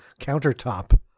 countertop